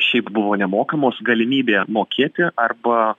šiaip buvo nemokamos galimybė mokėti arba